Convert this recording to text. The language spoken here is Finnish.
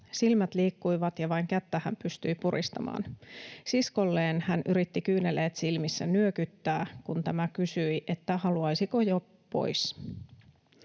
Silmät liikkuivat, ja vain kättä hän pystyi puristamaan. Siskolleen hän yritti kyyneleet silmissä nyökyttää, kun tämä kysyi, haluaisiko jo pois”